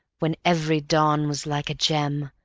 when every dawn was like a gem,